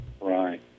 Right